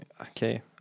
Okay